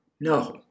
No